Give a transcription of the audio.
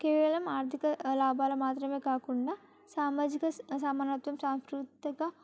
కేవలం ఆర్థిక లాభాలు మాత్రమే కాకుండా సామాజిక సమానత్వం సాంస్కృతిక